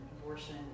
abortion